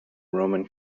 roman